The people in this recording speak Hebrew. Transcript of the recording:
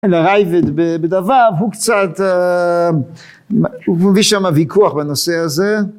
אלא ראב"ד בדף ו הוא קצת הוא מביא שם ויכוח בנושא הזה